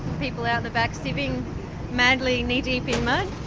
people out the back sieving madly, knee-deep in mud.